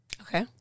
Okay